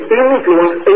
influence